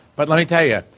but let me tell you.